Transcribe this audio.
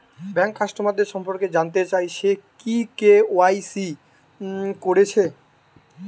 bank কাস্টমারদের সম্পর্কে জানতে চাই সে কি কে.ওয়াই.সি কোরেছে